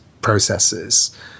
processes